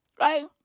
Right